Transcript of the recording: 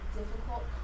difficult